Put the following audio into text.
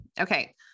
Okay